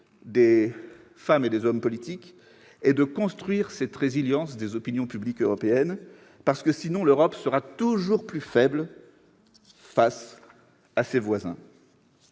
des femmes et des hommes politiques est de construire cette résilience des opinions publiques européennes. Sans cela, l'Europe sera toujours plus faible face à ses voisins.